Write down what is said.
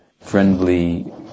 friendly